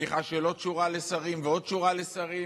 פתיחה של עוד שורה לשרים ועוד שורה לשרים,